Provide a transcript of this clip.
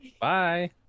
Bye